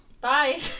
Bye